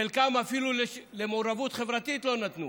חלקם אפילו למעורבות חברתית לא נתנו.